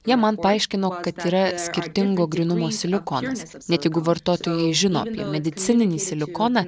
jie man paaiškino kad yra skirtingo grynumo silikonas net jeigu vartotojai žino apie medicininį silikoną